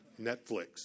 Netflix